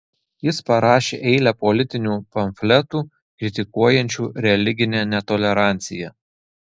jis parašė eilę politinių pamfletų kritikuojančių religinę netoleranciją